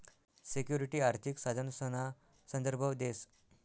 security आर्थिक साधनसना संदर्भ देस